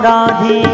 Radhe